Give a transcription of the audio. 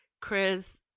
chris